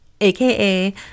aka